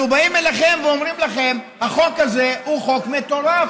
אנחנו באים אליכם ואומרים לכם שהחוק הזה הוא חוק מטורף.